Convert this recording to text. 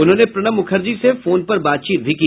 उन्होंने प्रणब मुखर्जी से फोन पर बातचीत भी की